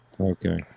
Okay